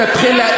תתחיל,